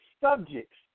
subjects